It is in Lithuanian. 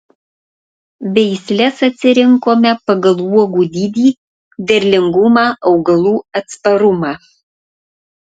veisles atsirinkome pagal uogų dydį derlingumą augalų atsparumą